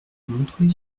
montreuil